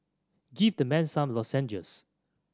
give the man some lozenges